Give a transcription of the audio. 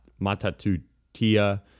Matatutia